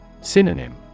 Synonym